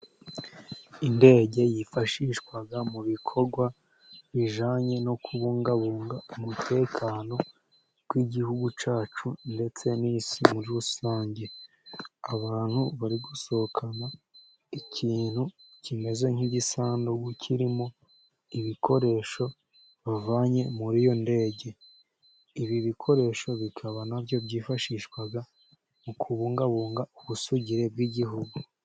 Indege yifashishwa mu bikorwa bijyanye no kubungabunga umutekano w'igihugu cyacu ndetse n'isi muri rusange. Abantu bari gusohokana ikintu kimeze nk'igisandu kirimo ibikoresho bavanye muri iyo ndege, ibi bikoresho bikaba nabyo byifashishwa mu kubungabunga ubusugire bw'igihugu.